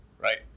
right